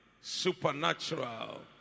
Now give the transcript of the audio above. supernatural